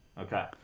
Okay